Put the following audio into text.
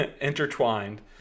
intertwined